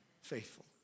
Faithful